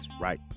right